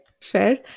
fair